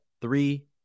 Three